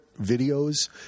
videos